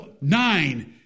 nine